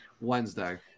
Wednesday